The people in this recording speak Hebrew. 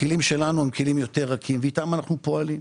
הכלים שלנו הם כלים יותר רכים שאיתם אנחנו פועלים,